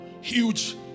Huge